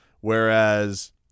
whereas